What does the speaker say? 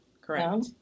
Correct